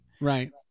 Right